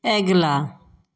अगिला